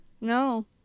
No